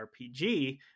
RPG